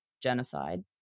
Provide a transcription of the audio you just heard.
genocide